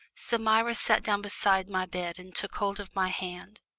so myra sat down beside my bed and took hold of my hand,